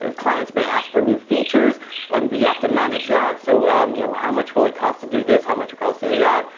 clients may ask for new features and we have to manage that. so you know how much will it cost to do this? how much it costs to do that?